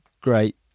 great